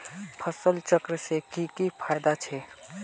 फसल चक्र से की की फायदा छे?